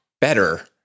better